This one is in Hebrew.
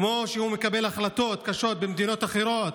כמו שהוא מקבל החלטות קשות במדינות אחרות.